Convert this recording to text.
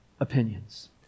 opinions